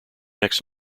next